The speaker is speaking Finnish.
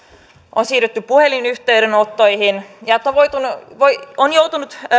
on siirrytty puhelinyhteydenottoihin ja on joutunut